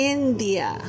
India